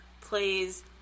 plays